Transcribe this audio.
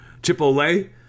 Chipotle